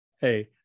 hey